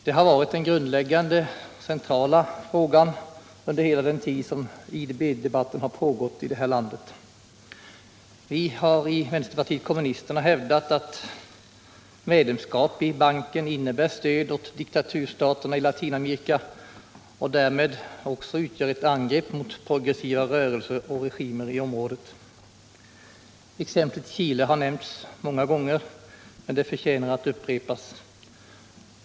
Det har varit den grundläggande, centrala frågan under hela den tid IDB-debatten pågått i det här landet. I vänsterpartiet kommunisterna har vi hävdat att ett medlemskap i banken innebär stöd åt diktaturstaterna i Latinamerika och därmed också utgör ett angrepp mot progressiva rörelser och regimer i området. Exemplet Chile har nämnts många gånger, men det förtjänar att upprepas.